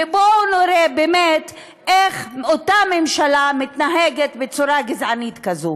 ובואו נראה באמת איך אותה ממשלה מתנהגת בצורה גזענית כזו.